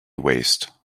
waste